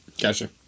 Gotcha